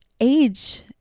age